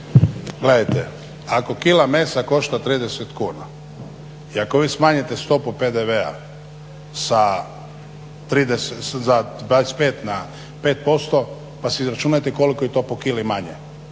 Gledajte, ako kila mesa košta 30 kuna i ako vi smanjite stopu PDV-a sa 25 na 5% pa si izračunajte koliko je to po kili manje.